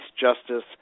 justice